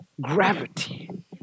gravity